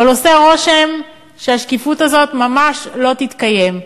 אבל עושה רושם שהשקיפות הזאת ממש לא תתקיים.